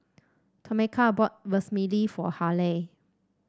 Tomeka bought Vermicelli for Halie